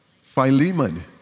Philemon